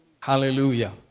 Hallelujah